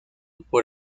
por